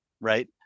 Right